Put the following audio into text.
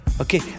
okay